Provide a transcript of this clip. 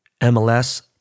MLS